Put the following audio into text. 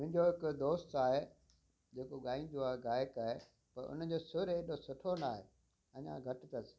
मुंहिंजो हिकु दोस्त आहे जेको ॻाईंदो आहे गायक आहे पर उन जो सुरु एॾो सुठो न आहे अञा घटि अथसि